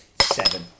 seven